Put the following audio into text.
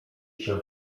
się